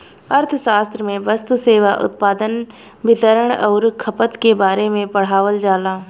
अर्थशास्त्र में वस्तु, सेवा, उत्पादन, वितरण अउरी खपत के बारे में पढ़ावल जाला